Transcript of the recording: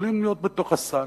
יכולות להיות בתוך הסל.